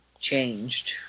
changed